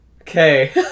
Okay